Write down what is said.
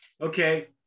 Okay